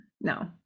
no